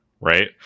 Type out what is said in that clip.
right